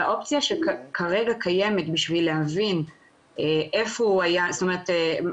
והאופציה שכרגע קיימת בשביל להבין מה השעות